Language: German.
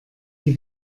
die